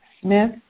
Smith